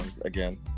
again